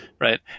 right